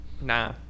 Nah